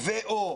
ו/או